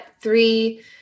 three